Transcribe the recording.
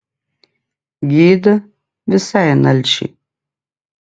gėda visai nalšiai